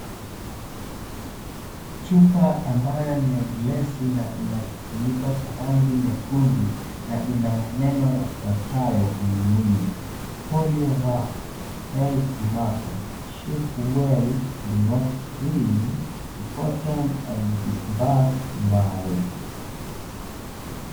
Chupa ambayo ni ya glesi na ina kifuniko cha rangi nyekundu, na ina maneno yafuatayo kwenye mwili, (cs)polio work, health marker, shake well, do not freeze, imported, and disbursed, by(cs).